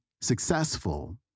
successful